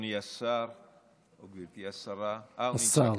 אדוני השר או גברתי השרה, השר.